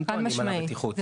חד משמעית,